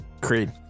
creed